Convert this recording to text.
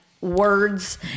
words